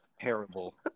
terrible